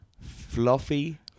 fluffy